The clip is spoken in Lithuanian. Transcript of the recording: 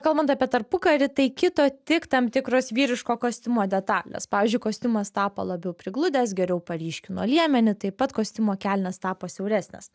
kalbant apie tarpukarį tai kito tik tam tikros vyriško kostiumo detalės pavyzdžiui kostiumas tapo labiau prigludęs geriau paryškino liemenį taip pat kostiumo kelnės tapo siauresnės